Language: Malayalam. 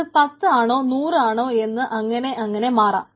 അത് 10 ആണോ 100 ആണോ എന്ന് അങ്ങനെ അങ്ങനെ മാറാം